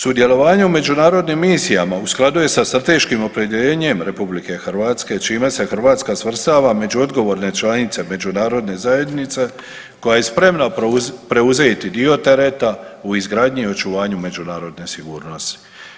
Sudjelovanje u međunarodnim misijama u skladu je sa strateških opredjeljenjem RH čime se Hrvatska svrstava među odgovorne članice međunarodne zajednice koja je spremna preuzeti dio tereta u izgradnji i očuvanju međunarodne sigurnosti.